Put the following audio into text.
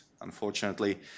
unfortunately